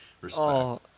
Respect